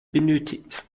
benötigt